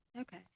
okay